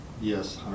Yes